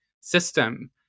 system